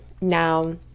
now